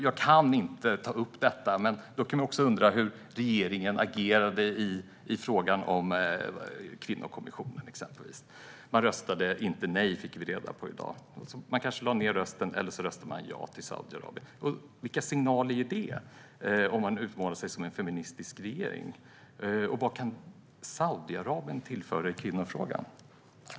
Jag kan också undra hur regeringen agerade i fråga om FN:s kvinnokommission. Man röstade inte nej fick vi reda på i dag. Man lade kanske ned rösten eller också röstade man ja till Saudiarabien. Vilka signaler ger det, om man nu utmålar sig som en feministisk regering? Vad kan Saudiarabien tillföra i kvinnofrågan?